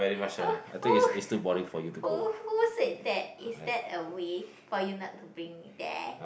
who who who who who said that is that a way for you not to bring me there